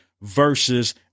versus